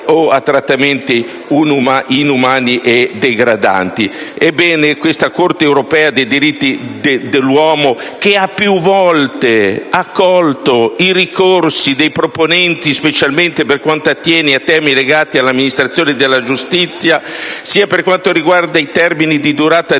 o trattamenti inumani o degradanti». Ebbene, la Corte europea dei diritti dell'uomo ha più volte accolto i ricorsi dei proponenti specialmente per quanto attiene a temi legati all'amministrazione della giustizia, sia per quanto riguarda i termini di durata dei